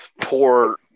poor